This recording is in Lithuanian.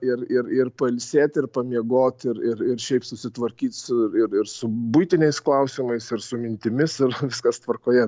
ir ir ir pailsėt ir pamiegot ir ir šiaip susitvarkyt su ir ir su buitiniais klausimais ir su mintimis ir viskas tvarkoje